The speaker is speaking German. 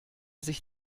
sich